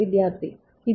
വിദ്യാർത്ഥി ഇത്